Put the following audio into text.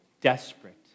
desperate